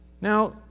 Now